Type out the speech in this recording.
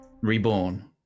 reborn